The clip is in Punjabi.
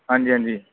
ਹਾਂਜੀ ਹਾਂਜੀ